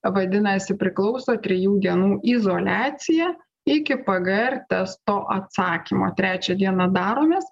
vadinasi priklauso trijų dienų izoliacija iki pgr testo atsakymo trečią dieną daromės